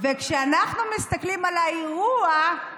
וכשאנחנו מסתכלים על האירוע,